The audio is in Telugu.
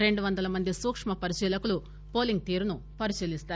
రెండు వందల మంది సూక్కు పరిశీలకులు హోలింగ్ తీరును పరిశీలిస్తారు